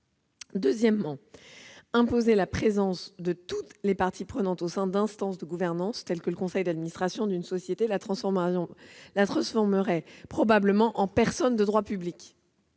Deuxièmement, imposer la présence de toutes les parties prenantes au sein d'instances de gouvernance telles que le conseil d'administration d'une société les transformerait probablement en personnes morales de droit public.